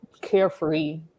carefree